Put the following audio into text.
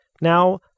Now